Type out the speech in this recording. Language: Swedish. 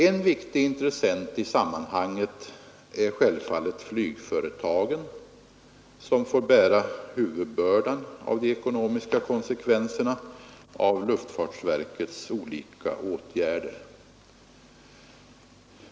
En viktig intressent i sammanhanget är självfallet flygföretagen, som får bära huvudbördan av de ekonomiska konsekvenserna av luftfartsverkets olika åtgärder.